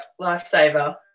lifesaver